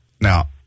Now